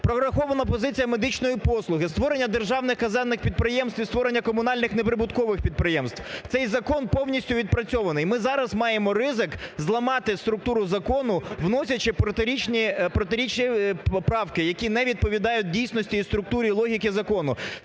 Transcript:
Прорахована позиція медичної послуги, створення державних казенних підприємств і створення комунальних неприбуткових підприємств. Цей закон повністю відпрацьований. Ми зараз маємо ризик зламати структуру закону, вносячи протирічні правки, які не відповідають дійсності і структурі, логіці закону.